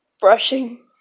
brushing